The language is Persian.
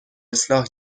اصلاح